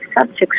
subjects